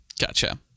Gotcha